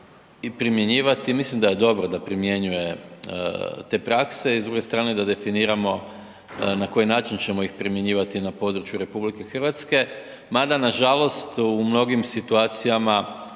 i primjenjivati, ja mislim da je dobro da primjenjuje te prakse i s druge strane da definiramo na koji način ćemo ih primjenjivati na području RH, mada nažalost u mnogim situacijama